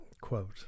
Quote